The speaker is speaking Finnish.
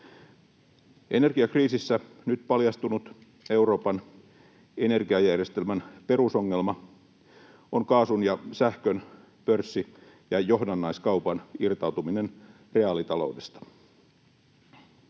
Energiakriisissä nyt paljastunut Euroopan energiajärjestelmän perusongelma on kaasun ja sähkön pörssi‑ ja johdannaiskaupan irtautuminen reaalitaloudesta.